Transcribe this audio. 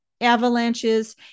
avalanches